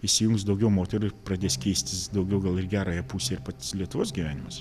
įsijungs daugiau moterų ir pradės keistis daugiau gal į gerąją pusę ir pats lietuvos gyvenimas